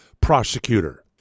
prosecutor